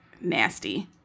nasty